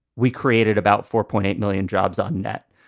we created about four point eight million jobs on net.